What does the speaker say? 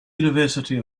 university